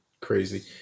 crazy